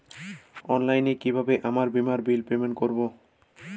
অনলাইনে কিভাবে আমার বীমার বিল পেমেন্ট করবো?